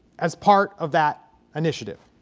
as part of that initiative.